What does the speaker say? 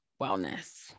wellness